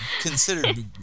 considered